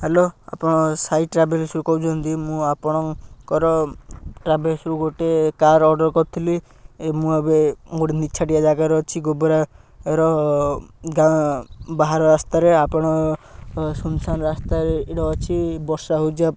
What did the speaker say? hello ଆପଣ ସାଇ ଟ୍ରାଭେଲସ୍ରୁ କହୁଚନ୍ତି ମୁଁ ଆପଣଙ୍କର ଟ୍ରାଭେଲସ୍ରୁ ଗୋଟେ କାର୍ ଅର୍ଡ଼ର୍ କରିଥିଲି ଏ ମୁଁ ଏବେ ଗୋଟେ ନିଛାଟିଆ ଜାଗାରେ ଅଛି ଗୋବରାର ଗାଁ ବାହାର ରାସ୍ତାରେ ଆପଣ ଶୂନଶାନ ରାସ୍ତାରେ ଏଇଟା ଅଛି ବର୍ଷା ହେଉଛି